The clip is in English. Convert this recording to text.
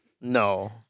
No